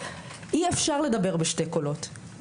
אי-אפשר לדבר בשני קולות.